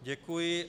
Děkuji.